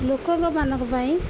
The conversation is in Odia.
ଲୋକଙ୍କ ମାନଙ୍କ ପାଇଁ